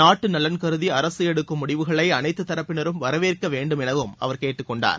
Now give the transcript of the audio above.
நாட்டு நலன் கருதி அரசு எடுக்கும் முடிவுகளை அனைத்து தரப்பினரும் வரவேற்க வேண்டும் எனவும் அவர் கேட்டுக் கொண்டார்